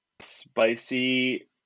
Spicy